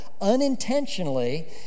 unintentionally